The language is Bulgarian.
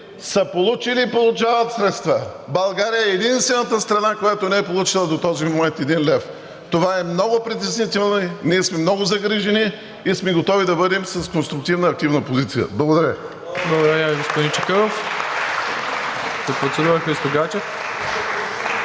са получили и получават средства. България е единствената страна, която не е получила до този момент един лев. Това е много притеснително и ние сме много загрижени и сме готови да бъдем с конструктивна активна позиция. Благодаря. (Ръкопляскания от ДПС.)